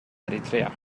eritrea